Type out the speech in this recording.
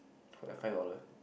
for like five dollar